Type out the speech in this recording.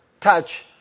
touch